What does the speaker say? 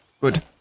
Good